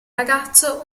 ragazzo